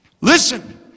Listen